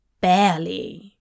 Barely